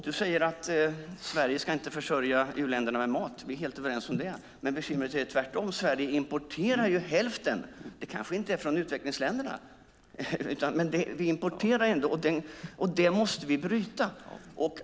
Du säger att Sverige inte ska försörja u-länderna med mat. Vi är helt överens om det. Men Sverige importerar hälften. Det kanske inte kommer från utvecklingsländerna. Men vi importerar ändå. Det måste vi bryta.